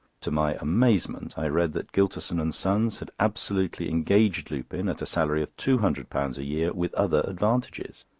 to my amazement, i read that gylterson and sons had absolutely engaged lupin at a salary of two hundred pounds a year, with other advantages.